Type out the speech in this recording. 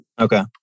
Okay